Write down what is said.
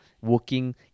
working